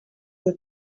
you